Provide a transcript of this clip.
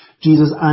Jesus